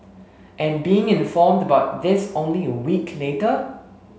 and being informed about this only a week later